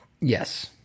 Yes